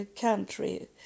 country